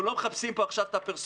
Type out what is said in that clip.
אנחנו לא מחפשים פה עכשיו את הפרסונות.